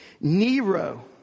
Nero